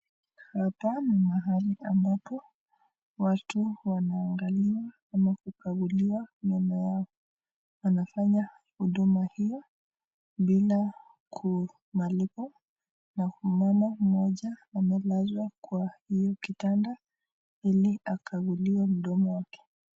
Mahali ambapo watu wanaangaliwa ama kukaguliwa meno yao. Wanafanya huduma hiyo bila malipo na mama mmoja amelazwa kwa hiyo kitanda ili akaguliwe mdomo wake.